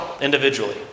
individually